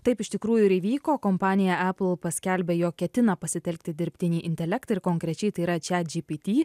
taip iš tikrųjų ir įvyko kompanija apple paskelbė jog ketina pasitelkti dirbtinį intelektą ir konkrečiai tai yra chatgpt